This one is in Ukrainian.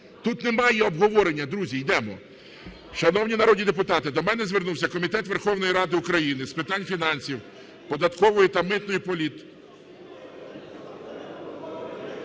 Тут немає обговорення. Друзі, йдемо. Шановні народні депутати, до мене звернувся Комітет Верховної Ради України з питань фінансів, податкової та митної політики.